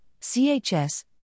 CHS